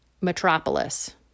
Metropolis